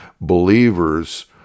believers